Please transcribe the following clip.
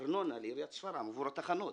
ארנונה לעיריית שפרעם עבור התחנות.